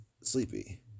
sleepy